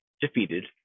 defeated